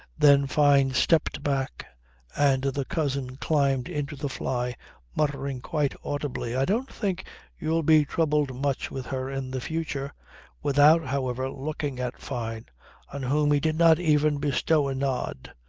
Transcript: then fyne stepped back and the cousin climbed into the fly muttering quite audibly i don't think you'll be troubled much with her in the future without however looking at fyne on whom he did not even bestow a nod.